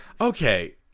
Okay